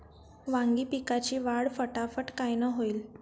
वांगी पिकाची वाढ फटाफट कायनं होईल?